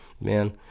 Man